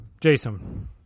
Jason